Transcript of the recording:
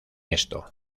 esto